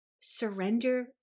surrender